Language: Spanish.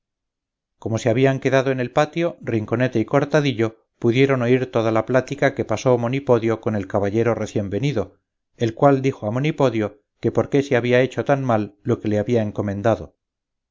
como se habían quedado en el patio rinconete y cortadillo pudieron oír toda la plática que pasó monipodio con el caballero recién venido el cual dijo a monipodio que por qué se había hecho tan mal lo que le había encomendado